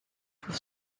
pour